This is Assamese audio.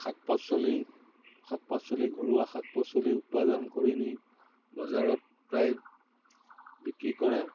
শাক পাচলি শাক পাচলি ঘৰুৱা শাক পাচলি উৎপাদন কৰি নি বজাৰত প্ৰায় বিক্ৰী কৰে